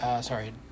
sorry